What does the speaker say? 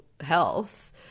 health